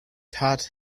taught